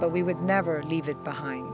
but we would never leave it behind